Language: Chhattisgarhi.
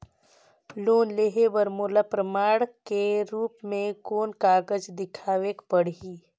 लोन लेहे बर मोला प्रमाण के रूप में कोन कागज दिखावेक पड़ही?